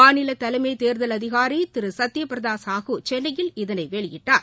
மாநில தலைமை தேர்தல் அதிகாரி திரு சுத்ய பிரதா சாஹூ சென்னையில் இதனை வெளியிட்டார்